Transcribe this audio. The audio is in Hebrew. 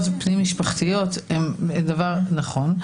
ופנים-משפחתיות נכון,